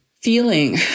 Feeling